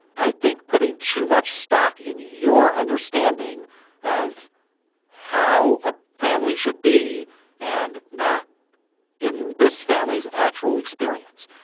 i think, putting too much stock in your understanding of how a family should be and not in this family's actual experience?